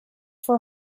for